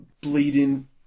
bleeding